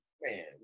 Man